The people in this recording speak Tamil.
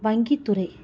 வங்கித்துறை